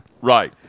Right